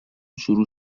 شروع